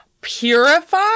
Purify